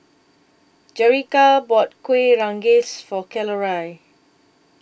Jerrica bought Kueh Rengas For Coralie